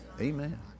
Amen